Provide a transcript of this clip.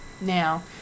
now